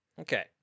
Okay